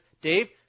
Dave